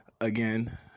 again